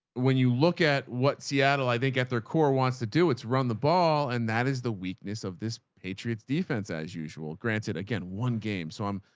when you look at what seattle, i think at their core wants to do, it's run the ball. and that is the weakness of this patriot's defense as usual. granted again, one game. so i'm,